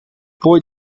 boy